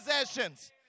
possessions